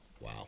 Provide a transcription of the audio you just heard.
Wow